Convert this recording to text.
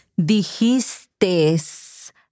dijistes